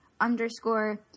underscore